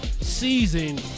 season